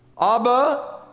Abba